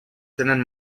tenen